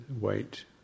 wait